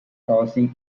causing